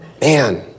Man